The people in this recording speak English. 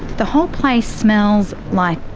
the whole place smells like,